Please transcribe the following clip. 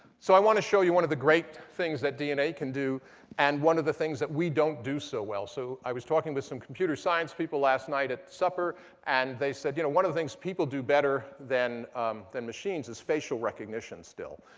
so i want to show you one of the great things that dna can do and one of the things that we don't do so well. so i was talking with some computer science people last night at supper and they said, you know one of the things people do better than than machines is facial recognition, still.